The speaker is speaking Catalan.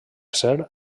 ser